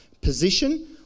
position